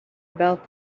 about